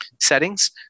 settings